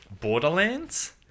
Borderlands